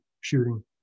shooting